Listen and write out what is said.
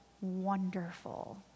wonderful